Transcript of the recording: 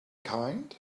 kind